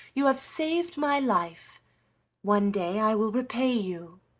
you have saved my life one day i will repay you.